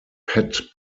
pett